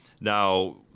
Now